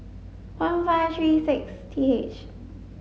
one five three six T H